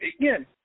again